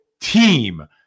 team